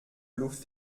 luft